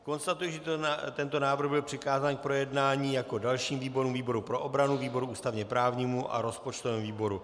Konstatuji, že tento návrh byl přikázán k projednání jako dalším výborům výboru pro obranu, výboru ústavněprávnímu a rozpočtovému výboru.